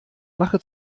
mache